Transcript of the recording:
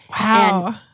Wow